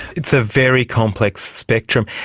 it's a very complex spectrum.